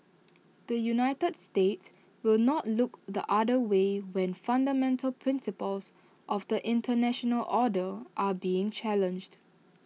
the united states will not look the other way when fundamental principles of the International order are being challenged